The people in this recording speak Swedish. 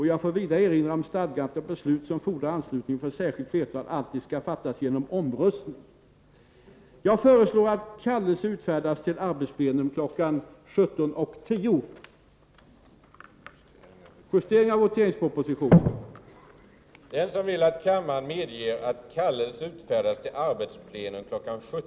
Jag får erinra om stadgandet att beslut som fordrår anslutning från särskilt flertal alltid skall fattas genom omröstning. z Jag föreslår att kallelse utfärdas till arbetsplenum kl. 17.10. Om inte mer än hälften av kammarens ledamöter röstar ja har kammaren avslagit förslaget om tidigareläggning av ifrågavarande sammanträde.